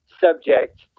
subject